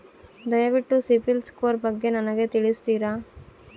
ದಯವಿಟ್ಟು CIBIL score ಬಗ್ಗೆ ನನಗೆ ತಿಳಿಸ್ತೀರಾ?